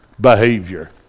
behavior